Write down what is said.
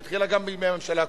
היא התחילה בימי הממשלה הקודמת.